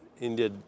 India